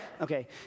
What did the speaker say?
Okay